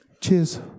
Cheers